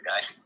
guy